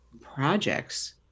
projects